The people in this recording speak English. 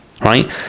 right